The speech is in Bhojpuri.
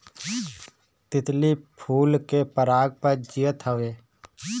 तितली फूल के पराग पर जियत हवे